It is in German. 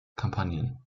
kampagnen